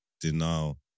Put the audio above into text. denial